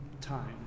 Time